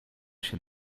się